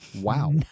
Wow